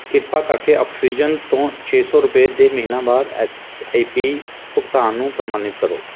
ਕਿਰਪਾ ਕਰਕੇ ਔਕਸੀਜਨ ਤੋਂ ਛੇ ਸੌ ਰੁਪਏ ਦੇ ਮਹੀਨਾਵਾਰ ਐੱਸ ਆਈ ਪੀ ਭੁਗਤਾਨ ਨੂੰ ਪ੍ਰਮਾਣਿਤ ਕਰੋ